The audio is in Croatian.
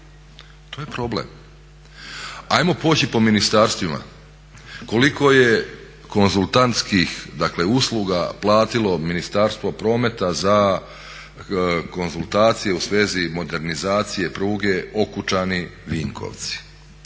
To je problem. Ajmo poći po ministarstva, koliko je konzultantskih dakle usluga platilo Ministarstvo prometa za konzultacije u svezi modernizacije pruge Okučani-Vinkovci,